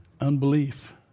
Unbelief